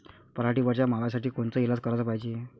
पराटीवरच्या माव्यासाठी कोनचे इलाज कराच पायजे?